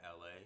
LA